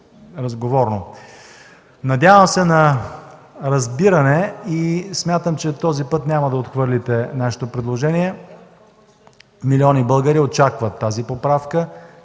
разговорно. Надявам се на разбиране и смятам, че този път няма да отхвърлите нашето предложение. Милиони българи очакват тази поправка,